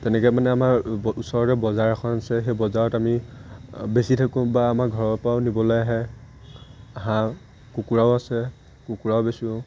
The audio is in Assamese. তেনেকৈ মানে আমাৰ ওচৰতে বজাৰ এখন আছে সেই বজাৰত আমি বেছি থাকোঁ বা আমাৰ ঘৰৰপৰাও নিবলৈ আহে হাঁহ কুকুৰাও আছে কুকুৰাও বেচোঁ